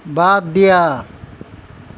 বাদ দিয়া